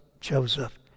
Joseph